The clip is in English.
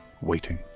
waiting